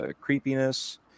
creepiness